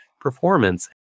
performance